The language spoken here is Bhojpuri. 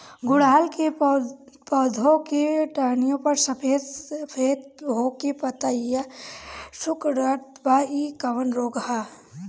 गुड़हल के पधौ के टहनियाँ पर सफेद सफेद हो के पतईया सुकुड़त बा इ कवन रोग ह?